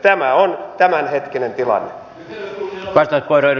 tämä on tämänhetkinen tilanne